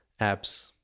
apps